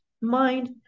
mind